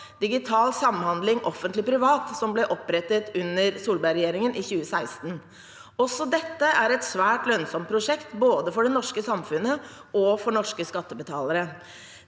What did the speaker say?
Digital Samhandling Offentlig Privat, som ble opprettet under Solberg-regjeringen i 2016. Også dette er et svært lønnsomt prosjekt, både for det norske samfunnet og for norske skattebetalere.